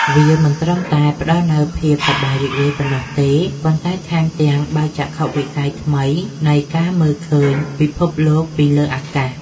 វាមិនត្រឹមតែផ្ដល់នូវភាពសប្បាយរីករាយប៉ុណ្ណោះទេ ប៉ុន្តែថែមទាំងបើកចក្ខុវិស័យថ្មីនៃការមើលឃើញពិភពលោកពីលើអាកាស។